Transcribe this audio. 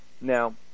Now